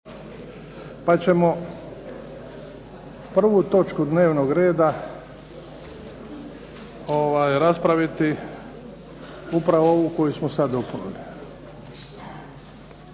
pa ćemo prvu točku dnevnog reda raspraviti upravo ovu koju smo sada dopunili.